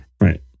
Right